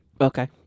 Okay